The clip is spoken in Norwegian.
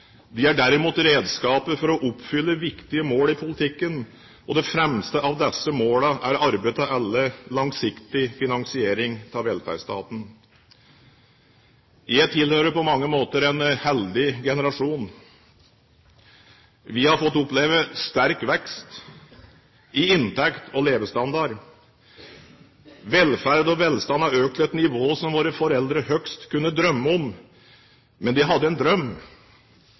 De er derimot redskaper for å oppnå viktige mål i politikken. De fremste av disse målene er arbeid til alle og langsiktig finansiering av velferdsstaten. Jeg tilhører på mange måter en heldig generasjon. Vi har fått oppleve sterk vekst i inntekt og levestandard. Velferd og velstand har økt til et nivå som våre foreldre høyst kunne drømme om. Men de hadde en drøm